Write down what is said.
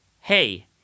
hey